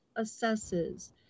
assesses